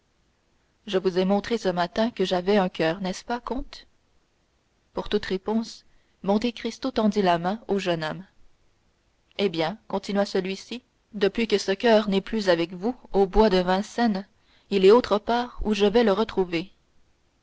je vous ai montré ce matin que j'avais un coeur n'est-ce pas comte pour toute réponse monte cristo tendit la main au jeune homme eh bien continua celui-ci depuis que ce coeur n'est plus avec vous au bois de vincennes il est autre part où je vais le retrouver